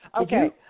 okay